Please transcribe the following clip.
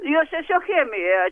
jos tiesiog chemija